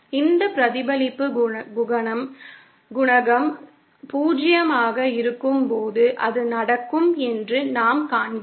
இந்த பிரதிபலிப்பு குணகம் 0 ஆக இருக்கும்போது அது நடக்கும் என்று நாம் காண்கிறோம்